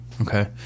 Okay